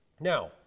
Now